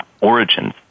origins